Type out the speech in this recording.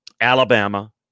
Alabama